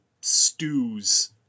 stews